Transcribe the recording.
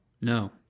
No